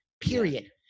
period